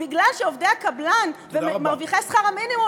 כי עובדי הקבלן ומרוויחי שכר המינימום